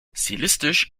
stilistisch